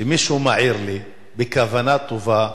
כשמישהו מעיר לי בכוונה טובה,